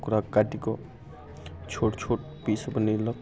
ओकरा काटिके छोट छोट पीस बनेलक